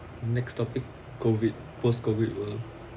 next topic COVID post COVID world